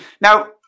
now